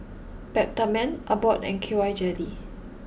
Peptamen Abbott and K Y Jelly